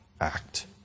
act